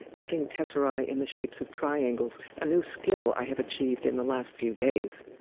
cutting tesserae in the shapes of triangles, a new skill i have achieved in the last few days.